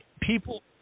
People